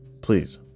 Please